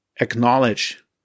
acknowledge